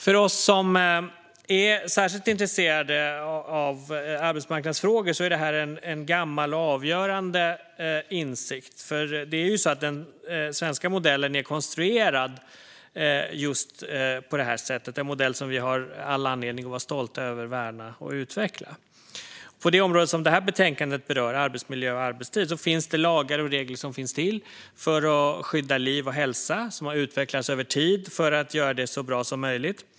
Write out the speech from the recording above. För oss som är särskilt intresserade av arbetsmarknadsfrågor är detta en gammal och avgörande insikt. Den svenska modellen är konstruerad på just detta sätt - en modell som vi har all anledning att vara stolta över, värna och utveckla. På det område som det här betänkandet berör, arbetsmiljö och arbetstid, finns det lagar och regler för att skydda liv och hälsa, som har utvecklats över tid för att göra detta så bra som möjligt.